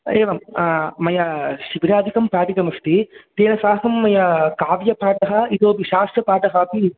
हा एवं मया शिबिरादिकं पाठितमस्ति तेन साकं मया काव्यपाठः इतोपि शास्त्रपाठः अपि